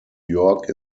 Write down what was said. york